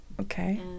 Okay